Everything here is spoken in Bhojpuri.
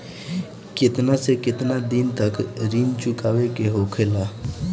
केतना से केतना दिन तक ऋण चुकावे के होखेला?